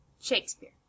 Shakespeare